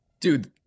dude